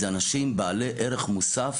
זה אנשים בעלי ערך מוסף